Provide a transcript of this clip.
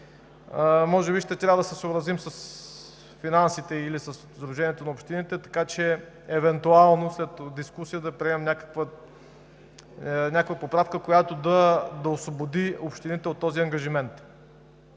Може би ще трябва да се съобразим с Финансите или със сдружението на общините, така че евентуално след дискусия да приемем някаква поправка, която да освободи общините от този ангажимент.